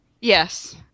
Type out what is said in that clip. yes